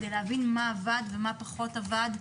כדי להבין מה עבד ומה פחות עבד,